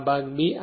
આ ભાગ B છે